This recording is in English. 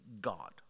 God